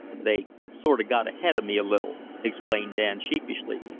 they sort of got ahead of me a little, explained dan sheepishly.